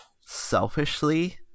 selfishly